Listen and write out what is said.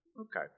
Okay